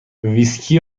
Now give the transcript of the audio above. ویسکی